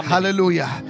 Hallelujah